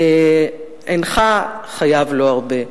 אינך חייב לו הרבה,